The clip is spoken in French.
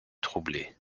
troublé